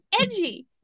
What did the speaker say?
edgy